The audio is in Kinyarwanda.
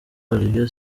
olivier